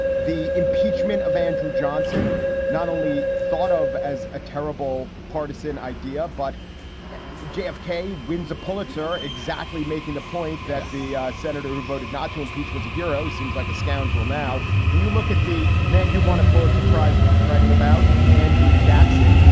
the impeachment of andrew johnson not only thought of as a terrible partisan idea, but jfk wins a pulitzer. exactly. making the point that the senator who voted not to impeach was a hero. seems like a scoundrel now. and you look at the man you want a pulitzer prize writing about andrew jackson.